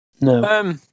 No